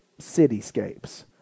cityscapes